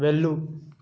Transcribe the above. వెళ్ళు